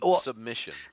submission